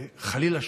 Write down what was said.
וחלילה,